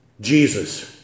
Jesus